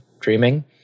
Dreaming